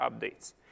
updates